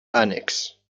ànecs